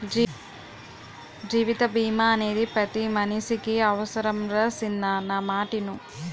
జీవిత బీమా అనేది పతి మనిసికి అవుసరంరా సిన్నా నా మాటిను